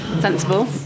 sensible